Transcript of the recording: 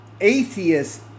Atheist